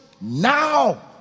now